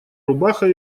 рубаха